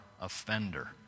offender